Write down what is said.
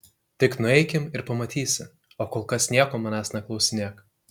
tik nueikim ir pamatysi o kol kas nieko manęs neklausinėk